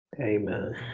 Amen